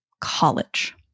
college